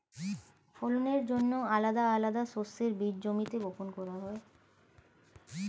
ফলনের জন্যে আলাদা আলাদা শস্যের বীজ জমিতে বপন করা হয়